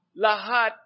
lahat